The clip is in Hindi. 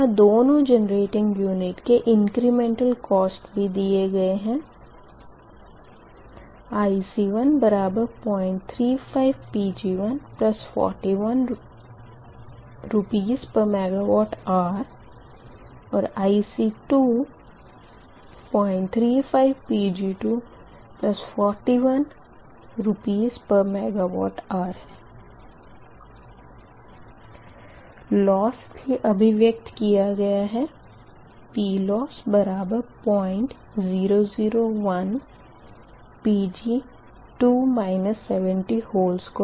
यहाँ दोनो जेनरेटिंग यूनिट के इंक्रिमेंटल कोस्ट भी दिए गए है IC1035 Pg141 RsMWhr और IC2035 Pg241 RsMWhr लोस भी अभिव्यक्त किया गया है PLoss 0001Pg2 702MW